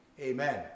Amen